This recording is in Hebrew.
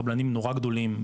הקבלנים הנורא גדולים,